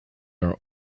are